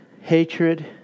hatred